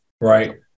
right